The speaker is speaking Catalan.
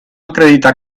acredita